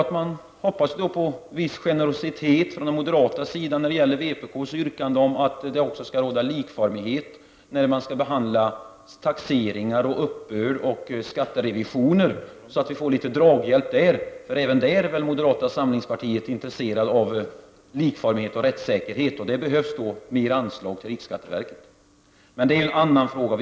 Man får hoppas på viss generositet från den moderata sidan när det gäller vpk:s yrkande om att det skall råda likformighet vid behandling av taxeringar, uppbörd och skatterevisioner, så att vi får litet draghjälp där. Även moderaterna är väl intresserade av likformighet och rättssäkerhet. Det behövs då större ansvar hos riksskatteverket. Med det är en annan fråga.